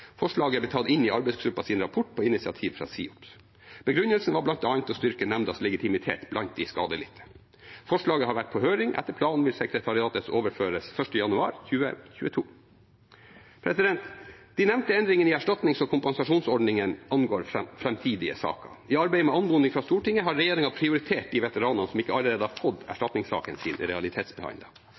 Forslaget er tatt inn i arbeidsgruppens rapport på initiativ fra SIOPS. Begrunnelsen var bl.a. å styrke nemndas legitimitet blant de skadelidte. Forslaget har vært på høring, og etter planen vil sekretariatet overføres 1. januar 2022. De nevnte endringene i erstatnings- og kompensasjonsordningene angår framtidige saker. I arbeidet med anmodningen fra Stortinget har regjeringen prioritert de veteranene som ikke allerede har fått erstatningssaken sin